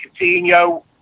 Coutinho